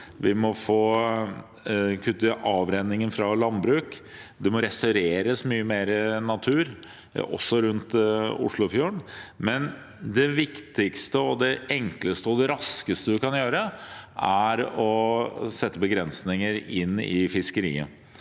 vi må kutte avrenningen fra landbruk, det må restaureres mye mer natur, også rundt Oslofjorden, men det viktigste, enkleste og raskeste vi kan gjøre, er å sette begrensninger på fiskeriet.